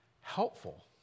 helpful